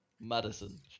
Madison